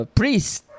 priest